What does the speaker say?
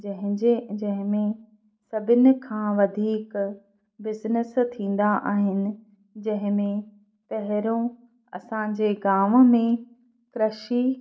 जंहिंजे जंहिंमें सभिनि खां वधीक बिजनिस थींदा आहिनि जंहिंमें पहिरियों असांजे गांव में कृषी